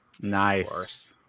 nice